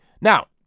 Now